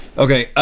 okay,